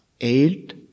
eight